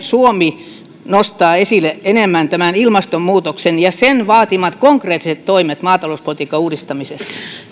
suomi nostaa esille enemmän ilmastonmuutoksen ja sen vaatimat konkreettiset toimet maatalouspolitiikan uudistamisessa